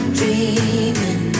dreaming